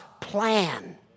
plan